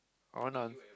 I wanna